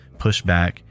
pushback